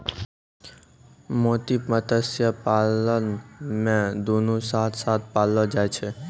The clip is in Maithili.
मोती मत्स्य पालन मे दुनु साथ साथ पाललो जाय छै